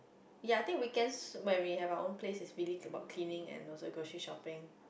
ya I think weekend might be have our own place is really about cleaning and also gossip shopping